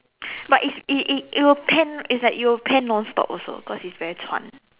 but is it it it will pant it's like you will pant non stop also because it's very 喘